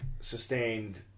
sustained